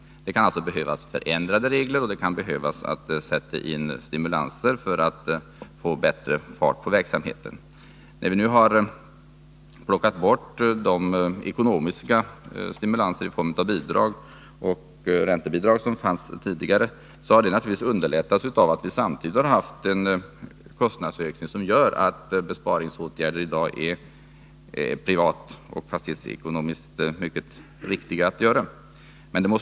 Det kan alltså behövas förändrade regler. Det kan också bli nödvändigt att sätta in stimulanser för att få bättre fart på verksamheten. När vi nu har plockat bort de ekonomiska stimulanser i form av räntebidrag och andra bidrag som fanns tidigare, har energisparandet naturligtvis underlättats av att det samtidigt skett en kostnadsökning som gör att det i dag är privatoch fastighetsekonomiskt mycket riktigt att vidta besparingsåtgärder.